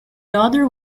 other